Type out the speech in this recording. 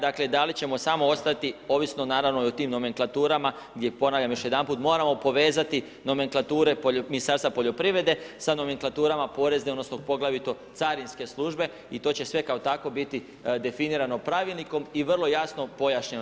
Dakle, da li ćemo samo ostati, ovisno naravno i o tim nomenklaturama gdje, ponavljam još jedanput, moramo povezati nomenklature Ministarstva poljoprivrede sa nomenklaturama porezne odnosno poglavito carinske službe i to će sve kao takvo biti definirano pravilnikom i vrlo jasno pojašnjeno.